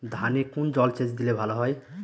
ধানে কোন জলসেচ দিলে ভাল হয়?